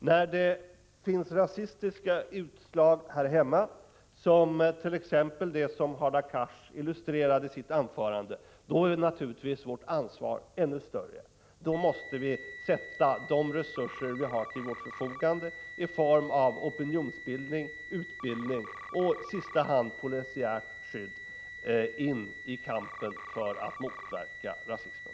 När det förekommer utslag av rasism här hemma, som t.ex. det som Hadar Cars illustrerade i sitt anförande, är vårt ansvar naturligtvis ännu större — då måste vi sätta in de resurser vi har till vårt förfogande i form av opinionsbildning, utbildning och i sista hand polisiärt skydd i kampen för att motverka rasismen.